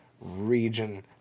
region